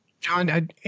John